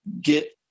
get